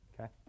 Okay